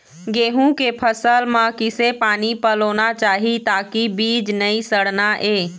गेहूं के फसल म किसे पानी पलोना चाही ताकि बीज नई सड़ना ये?